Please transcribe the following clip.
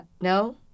no